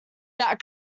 that